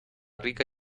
rica